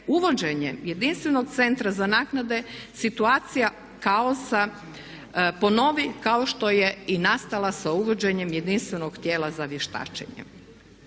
uvođenje jedinstvenog Centra za naknade situacija kaosa ponovi kao što je i nastala sa uvođenjem jedinstvenog tijela za vještačenje.